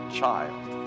child